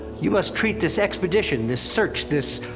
you must treat this expedition, this search, this.